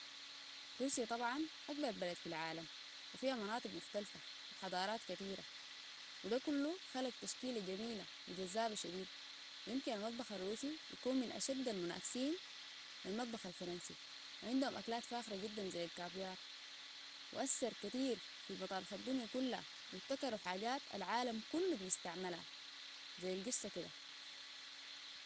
روسيا طبعا أكبر بلد في العالم وفيها مناطق مختلفة وحضارات كثيرة وده كلو خلق تشكيلة جميلة وجذابة شديد ويمكن المطبخ الروسي يكون من أشد المنافسين للمطبخ الفرنسي وعندهم أكلات فاخرة جدا زي الكافيار وأثر كثير في مطابخ الدنيا كلها وابتكرو حاجات العالم كله بيستعملها زي القشطة كده